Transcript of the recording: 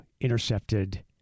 intercepted